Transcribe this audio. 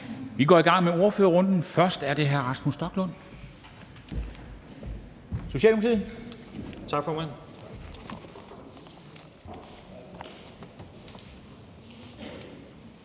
Vi går i gang med ordførerrunden, og først er det hr. Rasmus Stoklund,